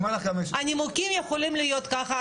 היא אמרה לך --- הנימוקים יכולים להיות ככה,